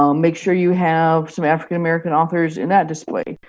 um make sure you have some african american authors in that display.